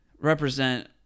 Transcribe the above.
represent